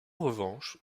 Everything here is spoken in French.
revanche